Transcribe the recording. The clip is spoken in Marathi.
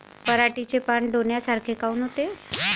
पराटीचे पानं डोन्यासारखे काऊन होते?